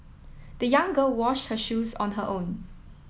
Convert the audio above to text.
the young girl wash her shoes on her own